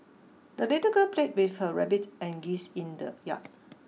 the little girl played with her rabbit and geese in the yard